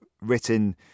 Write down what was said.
written